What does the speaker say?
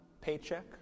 paycheck